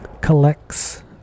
Collects